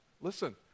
Listen